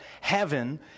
heaven